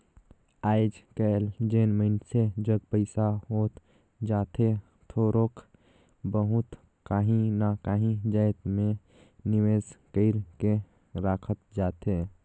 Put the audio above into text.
आएज काएल जेन मइनसे जग पइसा होत जाथे थोरोक बहुत काहीं ना काहीं जाएत में निवेस कइर के राखत जाथे